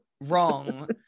wrong